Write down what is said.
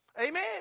Amen